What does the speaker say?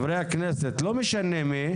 לא משנה מי,